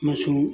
ꯑꯃꯁꯨꯡ